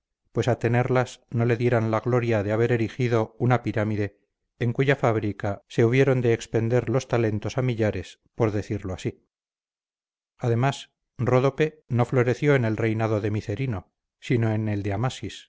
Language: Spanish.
pues a tenerlas no le dieran la gloria de haber erigido una pirámide en cuya fábrica se hubieron de expender los talentos a millares por decirlo así además ródope no floreció en el reinado de micerino sino en el